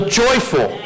joyful